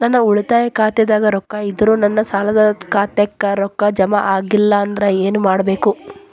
ನನ್ನ ಉಳಿತಾಯ ಖಾತಾದಾಗ ರೊಕ್ಕ ಇದ್ದರೂ ನನ್ನ ಸಾಲದು ಖಾತೆಕ್ಕ ರೊಕ್ಕ ಜಮ ಆಗ್ಲಿಲ್ಲ ಅಂದ್ರ ಏನು ಮಾಡಬೇಕು?